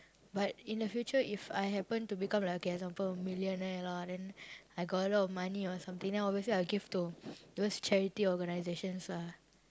but in the future if I happen to become like okay example millionaire lah then I got a lot of money or something then obviously I will give to those charity organisations lah